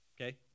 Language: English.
okay